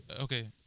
okay